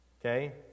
Okay